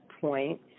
point